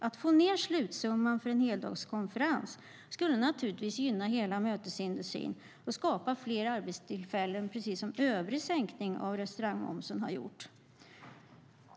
Att få ned slutsumman för en heldagskonferens skulle naturligtvis gynna hela mötesindustrin och skapa fler arbetstillfällen, precis som övrig sänkning av restaurangmomsen har gjort.